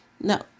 No